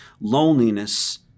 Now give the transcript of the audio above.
Loneliness